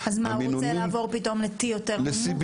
הוא רוצה לעבור ל-CBD,